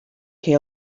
que